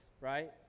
right